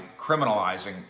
criminalizing